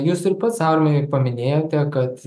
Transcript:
jus ir pats aurimai paminėjote kad